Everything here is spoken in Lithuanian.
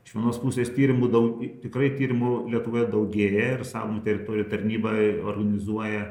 iš vienos pusės tyrimų daug tikrai tyrimų lietuvoje daugėja ir saugomų teritorijų tarnyba organizuoja